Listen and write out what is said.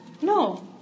No